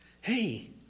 Hey